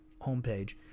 homepage